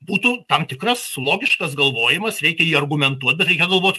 būtų tam tikras logiškas galvojimas reikia jį argumentuot bet reikia galvot